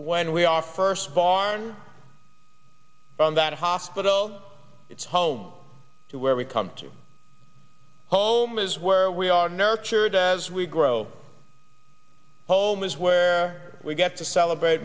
when we are first born from that hospital it's home to where we come to home is where we are nurtured as we grow up home is where we get to celebrate